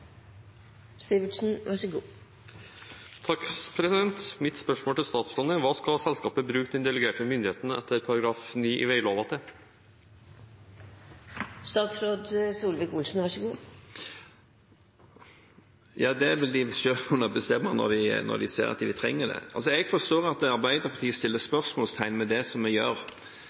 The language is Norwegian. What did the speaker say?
statsråden er: Hva skal selskapet bruke den delegerte myndigheten etter § 9 i veglova til? Det vil de selv kunne bestemme når de ser at de trenger det. Jeg forstår at Arbeiderpartiet setter spørsmålstegn ved det som vi gjør.